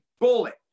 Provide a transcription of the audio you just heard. bullet